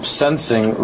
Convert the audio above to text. sensing